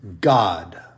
God